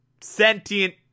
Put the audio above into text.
sentient